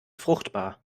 fruchtbar